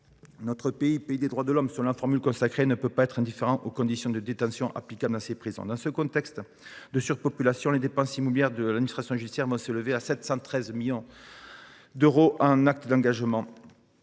Notre pays, « patrie des droits de l’homme » selon la formule consacrée, ne peut être indifférent aux conditions de détention existant dans ses prisons. Dans ce contexte de surpopulation, les dépenses immobilières de l’administration pénitentiaire s’élèveront à 713 millions d’euros en autorisations d’engagement,